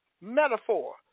metaphor